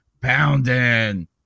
pounding